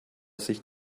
sich